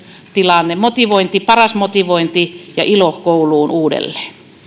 tilanne paras motivointi ja ilo kouluun uudelleen